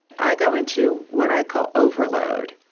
i go into what i call overload,